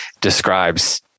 describes